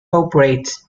operates